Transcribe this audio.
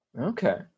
okay